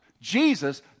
Jesus